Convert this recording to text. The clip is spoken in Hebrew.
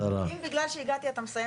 אם בגלל שהגעתי אתה מסיים את הדיון.